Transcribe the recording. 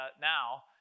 now